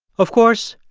of course,